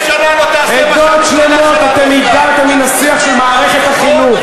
עדות שלמות אתם הדרתם מן השיח של מערכת החינוך,